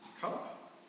cup